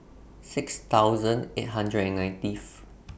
six thousand eight hundred nineteenth